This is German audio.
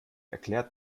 erklärt